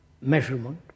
measurement